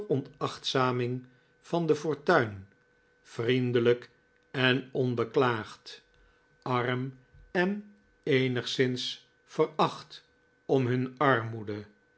veronachtzaming van de fortuin vriendelijk en onbeklaagd arm en eenigszins veracht om hun armoede